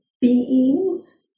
beings